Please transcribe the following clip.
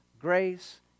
grace